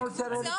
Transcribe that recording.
לקבוצה